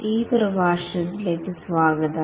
ഈ പ്രഭാഷണത്തിലേക്ക് സ്വാഗതം